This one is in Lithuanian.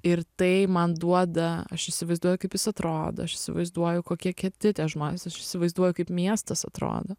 ir tai man duoda aš įsivaizduoju kaip jis atrodo aš įsivaizduoju kokie kiti tie žmonės aš įsivaizduoju kaip miestas atrodo